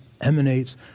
emanates